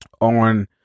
on